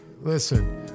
listen